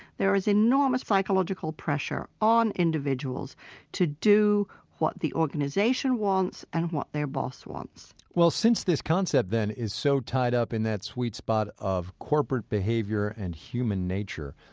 there is enormous psychological pressure on individuals to do what the organization wants and what their boss wants well since this concept, then, is so tied up in that sweet spot of corporate behavior and human nature,